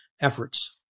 efforts